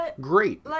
great